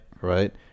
right